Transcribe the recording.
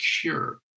cure